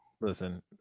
listen